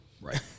Right